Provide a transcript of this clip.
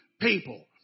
people